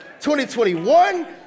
2021